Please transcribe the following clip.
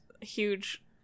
huge